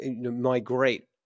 migrate